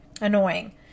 annoying